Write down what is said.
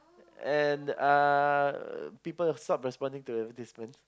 and uh people stopped responding to the advertisements